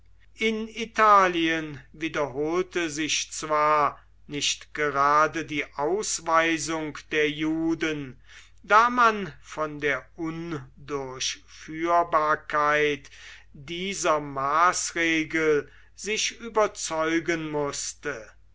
in italien wiederholte sich zwar nicht gerade die ausweisung der juden da man von der undurchführbarkeit dieser maßregel sich überzeugen mußte